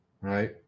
Right